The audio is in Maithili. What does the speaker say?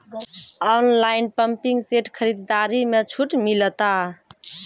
ऑनलाइन पंपिंग सेट खरीदारी मे छूट मिलता?